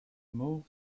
moved